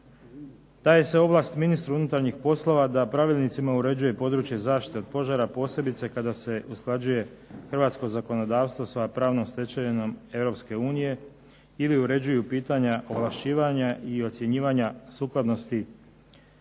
Daje se ovlast ministru unutarnjih poslova da pravilnicima uređuje područje zaštite od požara, posebice kada se usklađuje hrvatsko zakonodavstvo sa pravnom stečevinom Europske unije ili uređuju pitanja ovlašćivanja i ocjenjivanja sukladnosti